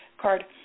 Card